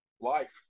life